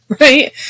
Right